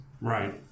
Right